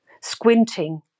squinting